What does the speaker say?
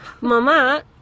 Mama